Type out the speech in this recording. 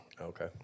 Okay